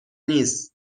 نیست